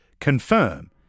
confirm